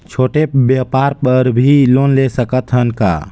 छोटे व्यापार बर भी लोन ले सकत हन का?